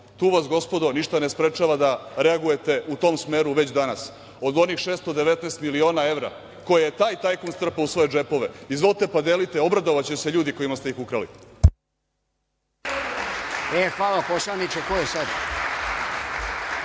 Tu vas gospodo ništa ne sprečava da reagujete u tom smeru već danas. Od onih 619 miliona evra, koje je taj tajkun strpao u svoje džepove. Izvolite, pa delite, obradovaće se ljudi kojima ste ih ukrali.